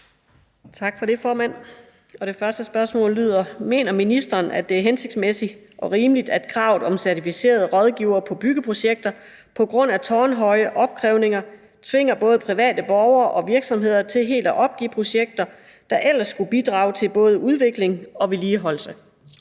Tak for det, formand. Det første spørgsmål lyder: Mener ministeren, at det er hensigtsmæssigt og rimeligt, at kravet om certificerede rådgivere på byggeprojekter – på grund af tårnhøje opkrævninger – tvinger både private borgere og virksomheder til helt at opgive projekter, der ellers skulle bidrage til både udvikling og vedligeholdelse?